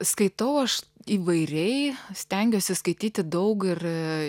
skaitau aš įvairiai stengiuosi skaityti daug ir